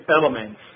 elements